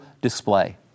display